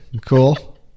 Cool